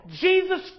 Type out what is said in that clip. Jesus